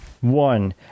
One